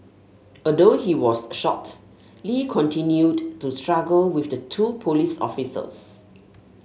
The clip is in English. although he was shot Lee continued to struggle with the two police officers